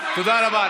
תודה רבה.